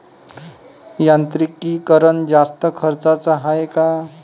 यांत्रिकीकरण जास्त खर्चाचं हाये का?